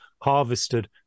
harvested